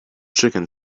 chicken